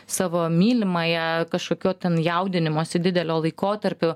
savo mylimąją kažkokio ten jaudinimosi didelio laikotarpiu